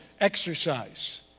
exercise